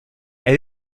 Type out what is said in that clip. elle